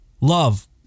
Love